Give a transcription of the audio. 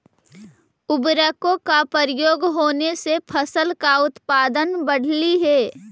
उर्वरकों का प्रयोग होने से फसल का उत्पादन बढ़लई हे